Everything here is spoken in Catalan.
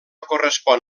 correspon